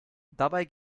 dabei